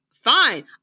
fine